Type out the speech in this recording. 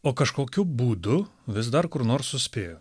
o kažkokiu būdu vis dar kur nors suspėjo